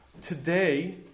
today